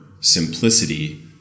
simplicity